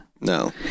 No